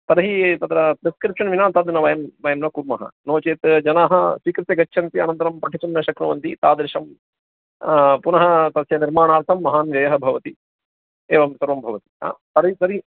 तर्हि तत्र प्रिस्क्रिप्शन् विना तद् न वयं वयं न कुर्मः नो चेत् जनाः स्वीकृत्य गच्छन्ति अनन्तरं पठितुं न शक्नुवन्ति तादृशं पुनः तस्य निर्माणार्थं महान् व्ययः भवति एवं सर्वं भवति तर्हि तर्हि